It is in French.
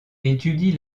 étudie